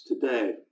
today